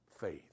faith